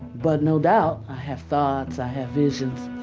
but no doubt, i have thoughts, i have visions.